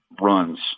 runs